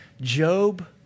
Job